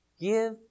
Give